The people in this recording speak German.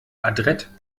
adrett